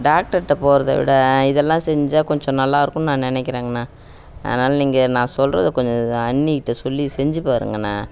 டாக்டர்ட்டே போகிறத விட இதெல்லாம் செஞ்சால் கொஞ்சம் நல்லா இருக்கும்ன்னு நான் நெனைக்கிறேங்கண்ணா அதனால் நீங்கள் நான் சொல்கிறத கொஞ்சம் இதை அண்ணிக்கிட்டே சொல்லி செஞ்சு பாருங்கண்ணா